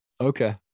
Okay